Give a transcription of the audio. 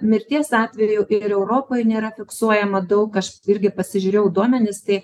mirties atvejų ir europoj nėra fiksuojama daug aš irgi pasižiūrėjau duomenis tai